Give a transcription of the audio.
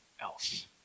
else